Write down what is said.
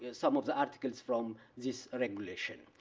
some of the articles from this regulation.